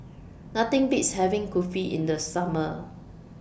Nothing Beats having Kulfi in The Summer